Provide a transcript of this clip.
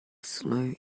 slow